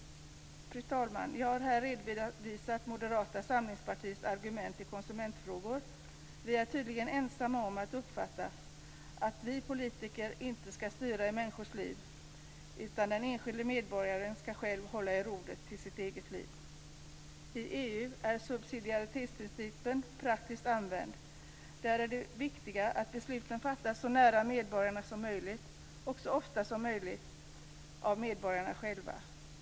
Fru talman! Jag har redovisat Moderata samlingspartiets argument i konsumentfrågor. Vi är tydligen ensamma om att uppfatta att vi politiker inte skall styra i människors liv. Den enskilde medborgaren skall själv hålla i rodret till sitt eget liv. I EU är subsidiaritetsprincipen praktiskt använd. Där är det viktiga att besluten fattas så nära medborgarna som möjligt och så ofta som möjligt av medborgarna själva.